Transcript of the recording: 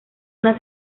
una